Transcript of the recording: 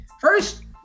First